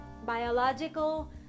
biological